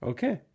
Okay